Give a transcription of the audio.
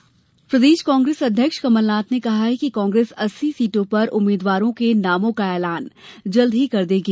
Kamal Nath media प्रदेश कांग्रेस अध्यक्ष कमलनाथ ने कहा कि कांग्रेस अस्सी सीटों पर उम्मीद्वारों के नामों का एलान जल्द ही कर देगी